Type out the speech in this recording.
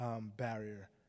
barrier